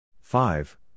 five